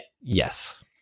yes